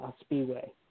Speedway